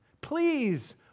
Please